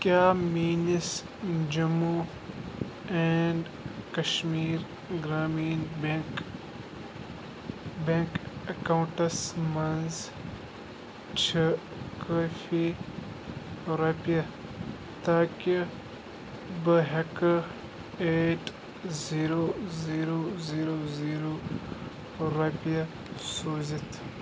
کیٛاہ میٲنِس Jammu and Kashmir Grameen bank bank accounts منٛز چھِ کٲفی رۄپیہِ تاکہِ بہٕ ہٮ۪کہٕ eight zero zero zero zero رۄپیہِ سوٗزِتھ